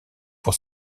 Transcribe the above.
pour